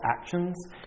actions